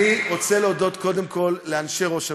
אני רוצה להודות, קודם כול, לאנשי ראש הממשלה,